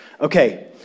Okay